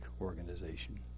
organization